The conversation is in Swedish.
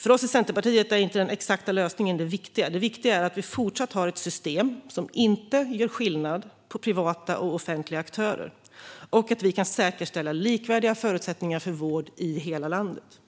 För oss i Centerpartiet är inte den exakta lösningen det viktiga, utan det viktiga är att vi även i fortsättningen har ett system som inte gör skillnad på privata och offentliga aktörer och att vi kan säkerställa likvärdiga förutsättningar för vård i hela landet.